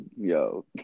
yo